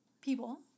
people